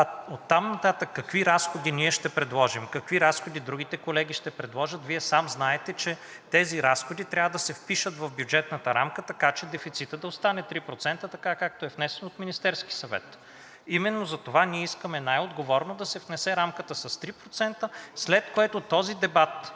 оттам нататък какви разходи ние ще предложим, какви разходи другите колеги ще предложат, Вие сам знаете, че тези разходи трябва да се впишат в бюджетната рамка, така че дефицитът да остане 3% така, както е внесен от Министерския съвет. Именно затова ние искаме най-отговорно да се внесе рамката с 3%, след което този дебат